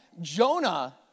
Jonah